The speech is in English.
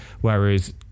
whereas